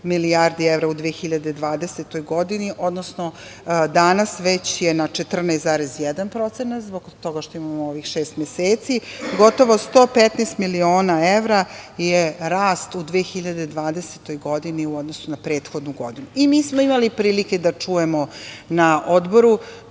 milijardi evra u 2020. godini, odnosno danas već je na 14,1% zbog toga što imamo ovih šest meseci, gotovo 115 miliona evra je rast u 2020. godini u odnosu na prethodnu godinu. Mi smo imali prilike da čujemo na Odboru,